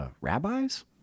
Rabbis